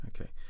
okay